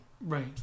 Right